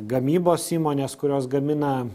gamybos įmonės kurios gamina